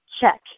check